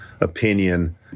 opinion